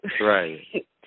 Right